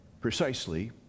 precisely